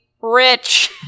rich